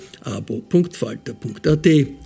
abo.falter.at